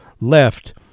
left